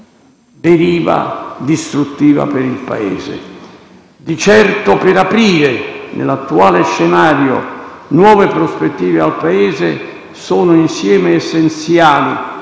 deriva distruttiva per il Paese. Di certo per aprire, nell'attuale scenario, nuove prospettive al Paese sono insieme essenziali